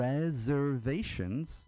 Reservations